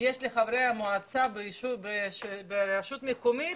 שיש לחברי המועצה ברשות מקומית